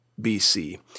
BC